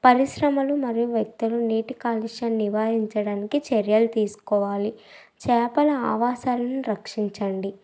పరిశ్రమలు మరియు వ్యక్తులు నీటి కాలుష్యాన్ని నివారించడానికి చర్యలు తీసుకోవాలి చేపల ఆవాసాలని రక్షించండి